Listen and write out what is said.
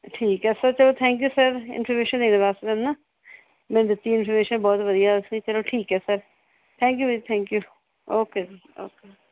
ਠੀਕ ਐ ਸਰ ਚਲੋ ਥੈਂਕ ਯੂ ਸਰ ਇਨਫੋਰਮੇਸ਼ਨ ਦੇਣ ਵਾਸਤੇ ਮੈਨੂੰ ਨਾ ਮੈਨੂੰ ਦਿੱਤੀ ਇਨਫੋਰਮੇਸ਼ਨ ਬਹੁਤ ਵਧੀਆ ਤੁਸੀਂ ਚਲੋ ਠੀਕ ਹੈ ਸਰ ਥੈਂਕ ਯੂ ਵੀਰ ਥੈਂਕ ਯੂ ਓਕੇ ਓਕੇ